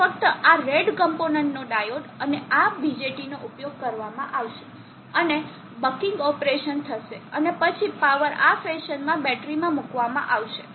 તોફક્ત આ રેડ કમ્પોનન્ટનો ડાયોડ અને આ BJT નો ઉપયોગ કરવામાં આવશે અને બકિંગ ઓપરેશન થશે અને પછી પાવર આ ફેશનમાં બેટરીમાં મૂકવામાં આવશે